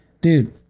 dude